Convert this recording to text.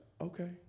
okay